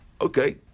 Okay